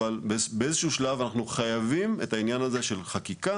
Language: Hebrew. אבל באיזשהו שלב אנחנו חייבים את העניין הזה של חקיקה,